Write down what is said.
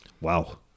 wow